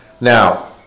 Now